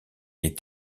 est